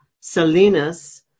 Salinas